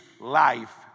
life